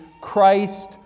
christ